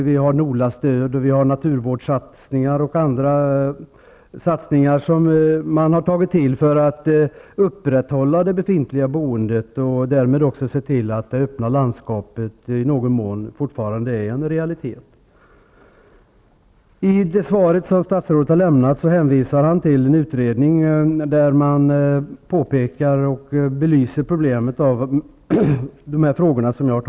Vi har NOLA stöd, vi har naturvårdssatsningar och andra satsningar som man har gjort för att upprätthålla det befintliga boendet och därmed också se till att det öppna landskapet i någon mån fortfarande är en realitet. I svaret hänvisar statsrådet till ett utredningsbetänkande, där de frågor som jag har tagit upp belyses.